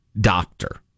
doctor